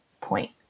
point